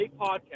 podcast